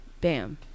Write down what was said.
bam